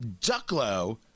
Ducklow